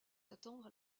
attendre